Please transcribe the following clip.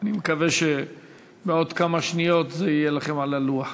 אני מקווה שבעוד כמה שניות זה יהיה לכם על הלוח.